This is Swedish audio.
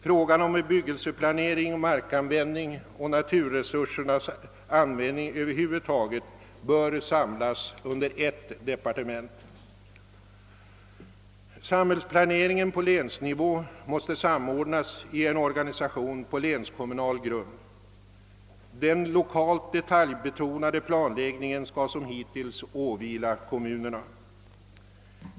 Frågan om bebyggelseplanering, markanvändning och naturresursernas användning över huvud taget bör samlas under ett departement. Samhällsplaneringen på länsnivå måste samordnas i en organisation på länskommunal grund. Den lokalt detaljbetonade planläggningen skall som hittills åvila kommunerna.